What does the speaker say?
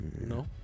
No